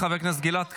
חבר הכנסת גלעד קריב,